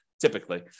typically